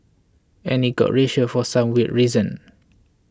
and it got racial for some weird reason